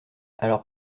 alors